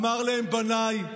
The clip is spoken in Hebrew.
אמר להם: בניי,